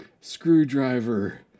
screwdriver